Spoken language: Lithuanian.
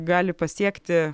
gali pasiekti